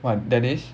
what that is